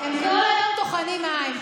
הם כל היום טוחנים מים,